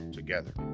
together